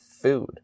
food